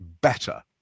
better